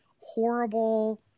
horrible